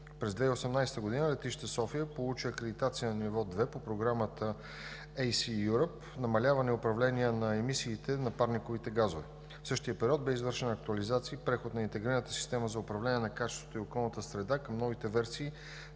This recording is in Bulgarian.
През 2018 г. летище София получи акредитация на ниво две по Програмата ACI EUROPE – намаляване управление на емисиите на парниковите газове. В същия период бе извършена актуализация и преход на интегрираната система за управление на качеството и околната среда към новите версии